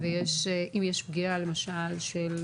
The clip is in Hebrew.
אם יש פגיעה של מילואימניק,